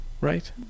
Right